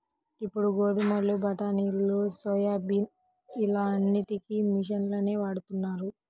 ఇప్పుడు గోధుమలు, బఠానీలు, సోయాబీన్స్ ఇలా అన్నిటికీ మిషన్లనే వాడుతున్నారు